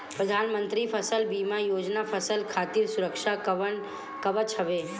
प्रधानमंत्री फसल बीमा योजना फसल खातिर सुरक्षा कवच हवे